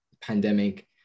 pandemic